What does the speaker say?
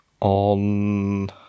on